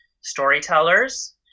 storytellers